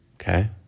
Okay